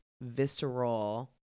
visceral